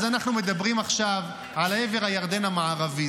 אז אנחנו מדברים עכשיו על עבר הירדן המערבי,